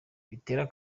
bitera